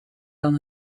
dan